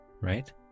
right